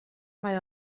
mae